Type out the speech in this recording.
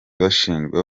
bashinjwa